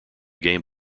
game